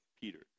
Peter